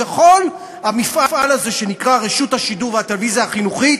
וכל המפעל הזה שנקרא רשות השידור והטלוויזיה החינוכית,